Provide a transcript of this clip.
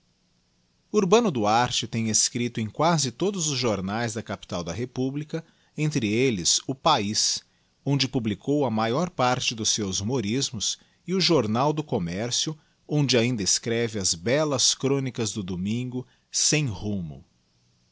urbano duarte tem tscripto em quasi todos os jornaes da capital da republica entre elles o paia onde publicou a maior parte dos seus humorismos e o jornal do commercio onde ainda escreve as bellas chronicas do domingo sem rumo